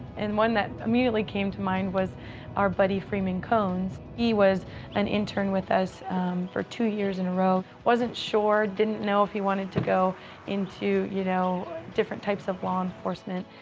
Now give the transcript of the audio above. and one that immediately came to mind was our buddy freeman cones. he was an intern with us for two years in a row. wasn't sure, didn't know if he wanted to go into, you know, different types of law enforcement,